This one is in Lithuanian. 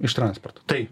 iš transporto taip